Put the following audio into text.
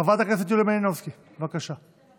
חברת הכנסת יוליה מלינובסקי, בבקשה.